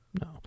No